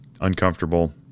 uncomfortable